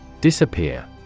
Disappear